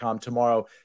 tomorrow